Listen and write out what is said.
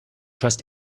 trust